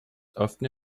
often